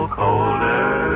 colder